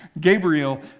Gabriel